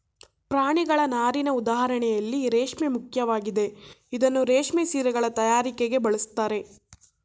ಪ್ರಾಣಿಗಳ ನಾರಿನ ಉದಾಹರಣೆಯಲ್ಲಿ ರೇಷ್ಮೆ ಮುಖ್ಯವಾಗಿದೆ ಇದನ್ನೂ ರೇಷ್ಮೆ ಸೀರೆಗಳ ತಯಾರಿಕೆಗೆ ಬಳಸ್ತಾರೆ